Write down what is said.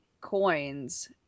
coins